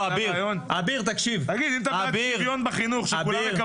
רון, אתה בעד שוויון בחינוך?